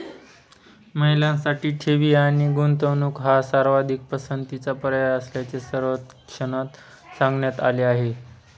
महिलांसाठी ठेवी आणि गुंतवणूक हा सर्वाधिक पसंतीचा पर्याय असल्याचे सर्वेक्षणात सांगण्यात आले आहे